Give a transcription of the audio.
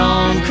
on